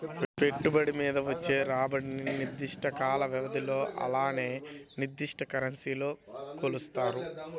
పెట్టుబడి మీద వచ్చే రాబడిని నిర్దిష్ట కాల వ్యవధిలో అలానే నిర్దిష్ట కరెన్సీలో కొలుత్తారు